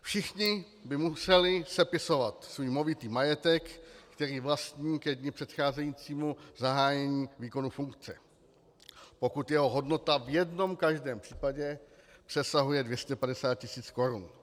Všichni by museli sepisovat svůj movitý majetek, který vlastní ke dni předcházejícímu zahájení výkonu funkce, pokud jeho hodnota v jednom každém případě přesahuje 250 tis. korun.